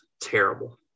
terrible